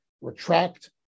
retract